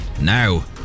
now